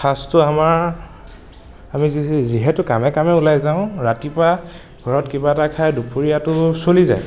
সাঁজটো আমাৰ আমি যি যিহেতুকে কামে কামে ওলাই যাওঁ ৰাতিপুৱা ঘৰত কিবা এটা খাই দুপৰীয়াটো চলি যায়